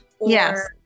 Yes